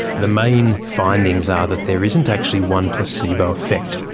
the main findings are that there isn't actually one placebo effect,